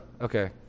okay